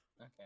okay